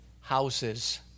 Houses